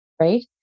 Right